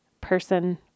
person